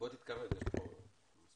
אותו למנהלת הגיוס החרדית,